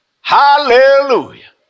Hallelujah